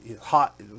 hot